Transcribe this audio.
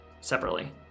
separately